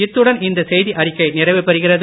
இத்துடன் இந்த செய்திச் சுருக்கம் நிறைவு பெறுகிறது